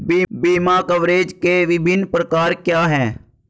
बीमा कवरेज के विभिन्न प्रकार क्या हैं?